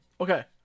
Okay